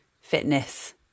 fitness